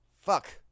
Fuck